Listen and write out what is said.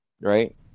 right